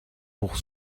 pour